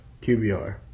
QBR